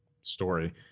story